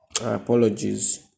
Apologies